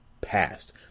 passed